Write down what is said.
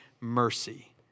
mercy